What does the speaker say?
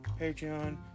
patreon